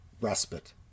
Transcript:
respite